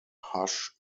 hush